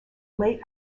late